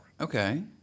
Okay